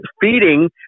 feeding